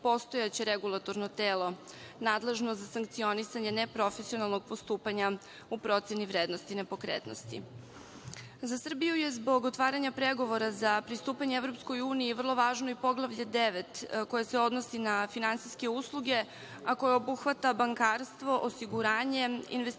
postojaće regulatorno telo nadležno za sankcionisanje neprofesionalnog postupanja u proceni vrednosti nepokretnosti.Za Srbiju je zbog otvaranja pregovora za pristupanje EU, vrlo važno i Poglavlje 9, koje se odnosi na finansijske usluge, a koje obuhvata bankarstvo, osiguranje, investicione